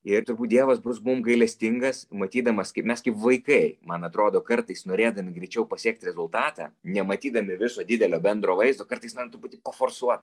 ir turbūt dievas bus mum gailestingas matydamas kaip mes kaip vaikai man atrodo kartais norėdami greičiau pasiekt rezultatą nematydami viso didelio bendro vaizdo kartais norim truputį paforsuot